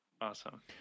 Awesome